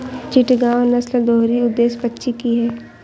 चिटगांव नस्ल दोहरी उद्देश्य पक्षी की है